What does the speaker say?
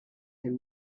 him